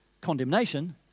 condemnation